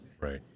Right